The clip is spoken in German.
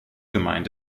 gemeint